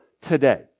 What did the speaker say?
today